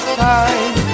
time